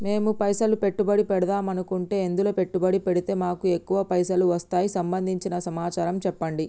మేము పైసలు పెట్టుబడి పెడదాం అనుకుంటే ఎందులో పెట్టుబడి పెడితే మాకు ఎక్కువ పైసలు వస్తాయి సంబంధించిన సమాచారం చెప్పండి?